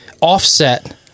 offset